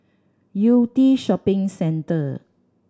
Yew Tee Shopping Centre